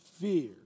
fear